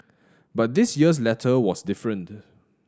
but this year's letter was different